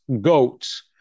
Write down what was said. goats